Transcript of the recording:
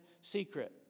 secret